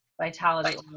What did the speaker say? vitality